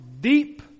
deep